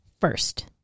first